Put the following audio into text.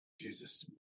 Jesus